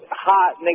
Hot